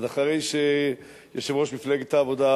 אחרי שיושבת-ראש מפלגת העבודה,